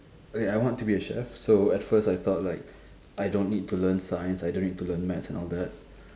okay I want to be a chef so at first I thought like I don't need to learn science I don't need to learn maths and all that